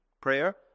prayer